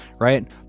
right